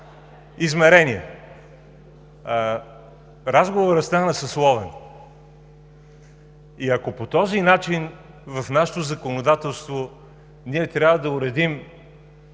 и реплики.) Разговорът стана съсловен. И ако по този начин в нашето законодателство ние трябва да уредим